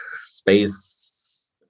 space